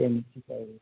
सेमिची पाहिजे का